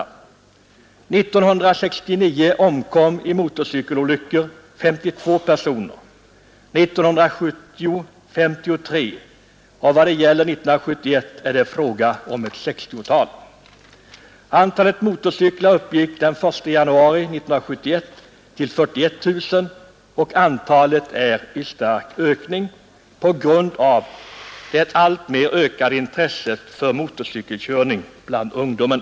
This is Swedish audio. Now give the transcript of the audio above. År 1969 omkom i motorcykelolyckor 52 personer, 1970 var det 53 och år 1971 ett 60-tal. Antalet motorcyklar uppgick den 1 januari 1971 till 41 000, och antalet är i stark ökning på grund av det alltmer ökade intresset för motorcykelkörning bland ungdomen.